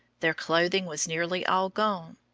their clothing was nearly all gone.